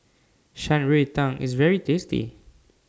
Shan Rui Tang IS very tasty